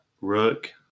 Rook